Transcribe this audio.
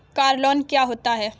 Car loan क्या होता है?